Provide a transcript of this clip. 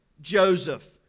Joseph